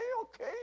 okay